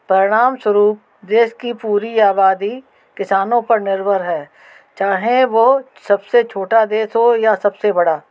परिणाम स्वरूप देश की पूरी आबादी किसानों पर निर्भर है चाहे वह सबसे छोटा देश हो या सबसे बड़ा